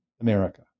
America